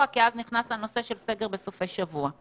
כי אז נכנס הנושא של סגר בסופי שבוע.